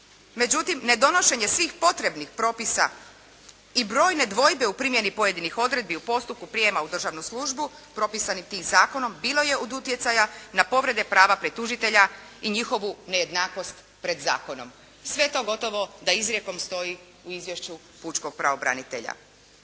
Međutim, nedonošenje svih potrebnih propisa i brojne dvojbe u primjeni pojedinih odredbi u postupku prijema u državnu službu propisani tim zakonom, bilo je od utjecaja na povrede prava pritužitelja i njihovu nejednakost pred zakonom. Sve to gotovo da izrijekom stoji u izvješću pučkog pravobranitelja.